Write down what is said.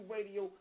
Radio